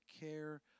care